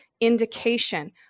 indication